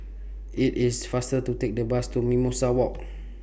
IT IS faster to Take The Bus to Mimosa Walk